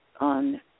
on